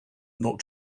not